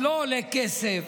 שלא עולה כסף.